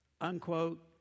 unquote